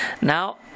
now